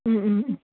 ও ও ও